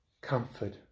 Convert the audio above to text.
comfort